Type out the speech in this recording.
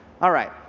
all right.